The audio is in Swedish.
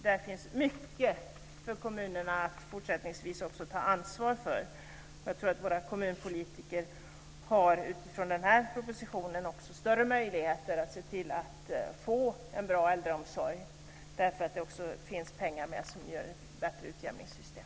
Där finns det mycket för kommunerna att även fortsättningsvis ta ansvar för. Jag tror att våra kommunpolitiker utifrån den här propositionen har större möjligheter att få en bra äldreomsorg därför att det också föreslås pengar som ger ett bättre utjämningssystem.